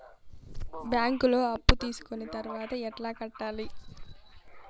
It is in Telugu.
బ్యాంకులో అప్పు తీసుకొని తర్వాత ఎట్లా కట్టాలి?